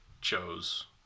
chose